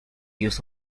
use